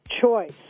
Choice